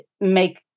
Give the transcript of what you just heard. make